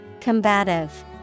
Combative